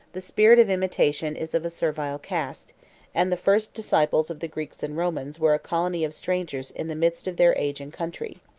the spirit of imitation is of a servile cast and the first disciples of the greeks and romans were a colony of strangers in the midst of their age and country.